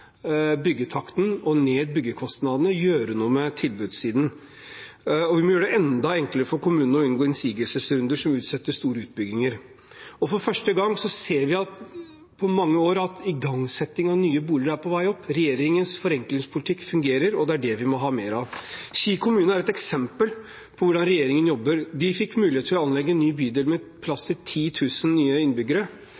byggetakten og få ned byggekostnadene – vi må gjøre noe med tilbudssiden. Og vi må gjøre det enda enklere for kommunene å unngå innsigelsesrunder som utsetter store utbygginger. Og for første gang på mange år ser vi at igangsettingen av bygging av nye boliger er på vei oppover. Regjeringens forenklingspolitikk fungerer, og det er det vi må ha mer av. Ski kommune er ett eksempel på hvordan regjeringen jobber. De fikk mulighet til å anlegge en ny bydel med